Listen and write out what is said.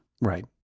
Right